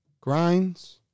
Grinds